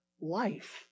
life